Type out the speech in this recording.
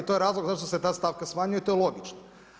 I to je razlog zašto se ta stavka smanjuje i to je logično.